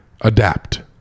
adapt